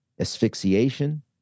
asphyxiation